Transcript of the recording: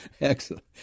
Excellent